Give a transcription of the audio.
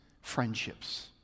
friendships